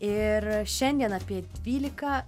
ir šiandien apie dvylika